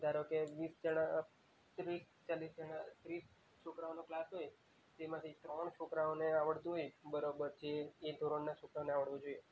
ધારોકે વીસ જણા કે ભઇ ચાલીસ જણા ત્રીસ છોકરાઓનો ક્લાસ હોય જેમાંથી ત્રણ છોકરાંઓને આવડતું હોય બરોબર જે એ ધોરણના છોકરાંઓને આવડવું જોઈએ